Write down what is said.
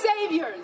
saviors